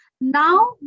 Now